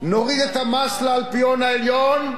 נוריד את המס לאלפיון העליון,